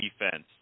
defense